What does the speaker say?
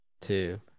two